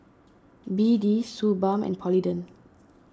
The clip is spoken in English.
B D Suu Balm and Polident